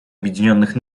объединенных